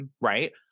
right